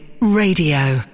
Radio